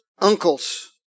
uncles